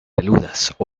peludas